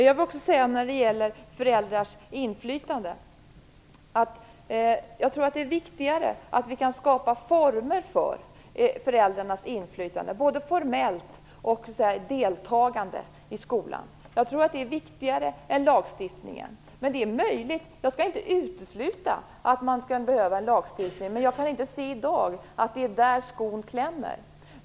När det gäller en lagstiftning om föräldrars inflytande vill jag säga att jag tror att det är viktigare att vi kan skapa former för föräldrarnas inflytande, både formellt och för deltagande i skolan. Jag tror att det är viktigare än lagstiftning. Jag skall inte utesluta att man kan behöva lagstiftning, men jag kan i dag inte se att det är där skon klämmer.